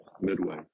Midway